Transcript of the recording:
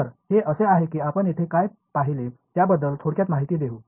तर हे असे आहे की आपण येथे काय पाहिले त्याबद्दल थोडक्यात माहिती देऊ